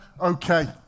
okay